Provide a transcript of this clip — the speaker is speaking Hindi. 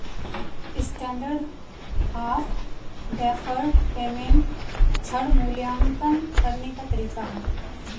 स्टैण्डर्ड ऑफ़ डैफर्ड पेमेंट ऋण मूल्यांकन करने का तरीका है